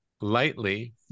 lightly